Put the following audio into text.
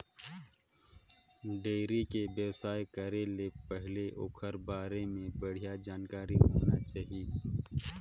dairy के बेवसाय करे ले पहिले ओखर बारे में बड़िहा जानकारी होना चाही